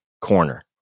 corner